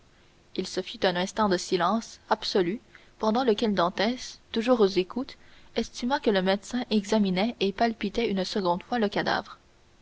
il se fit un instant de silence absolu pendant lequel dantès toujours aux écoutes estima que le médecin examinait et palpait une seconde fois le cadavre